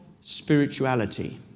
spirituality